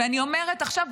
ואני אומרת עכשיו,